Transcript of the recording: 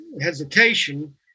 hesitation